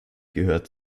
gehört